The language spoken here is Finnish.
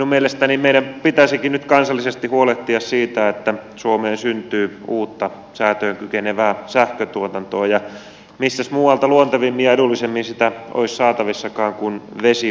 minun mielestäni meidän pitäisikin nyt kansallisesti huolehtia siitä että suomeen syntyy uutta säätöön kykenevää sähkötuotantoa ja mistäs muualta luontevammin ja edullisemmin sitä olisi saatavissakaan kuin vesivoimasta